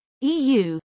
EU